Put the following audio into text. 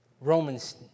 Romans